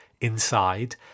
inside